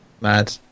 mad